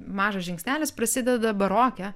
mažas žingsnelis prasideda baroke